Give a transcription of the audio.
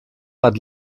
hat